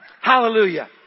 Hallelujah